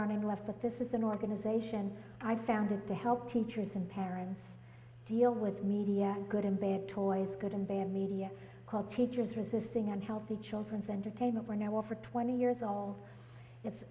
aren't any left but this is an organization i founded to help teachers and parents deal with media good and bad toys good and bad media called teachers resisting unhealthy children's entertainment where now for twenty years all it